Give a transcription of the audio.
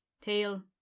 tail